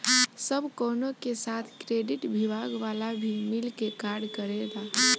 सब कवनो के साथ क्रेडिट विभाग वाला भी मिल के कार्ड देवेला